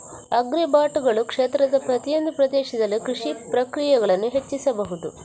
ಆಗ್ರಿಬಾಟುಗಳು ಕ್ಷೇತ್ರದ ಪ್ರತಿಯೊಂದು ಪ್ರದೇಶದಲ್ಲಿ ಕೃಷಿ ಪ್ರಕ್ರಿಯೆಗಳನ್ನು ಹೆಚ್ಚಿಸಬಹುದು